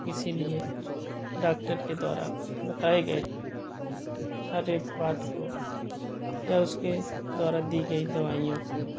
इसीलिए डाक्टर के द्वारा बताए गए हर एक बात को या उसके द्वारा दी गई दवाइयों को